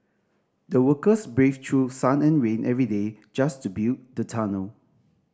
the workers braved through sun and rain every day just to build the tunnel